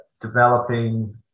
developing